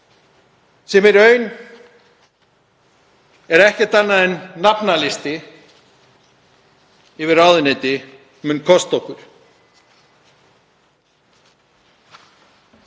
sem í raun er ekkert annað en nafnalisti yfir ráðuneyti, mun kosta okkur.